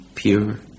pure